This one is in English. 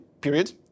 period